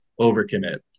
overcommit